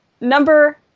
number